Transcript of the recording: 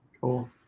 Cool